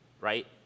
Right